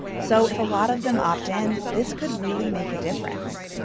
so if a lot of them opt in, this could really make a difference.